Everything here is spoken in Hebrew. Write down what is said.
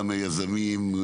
יזמים,